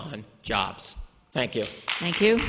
on jobs thank you thank you